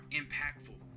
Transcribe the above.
impactful